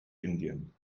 indien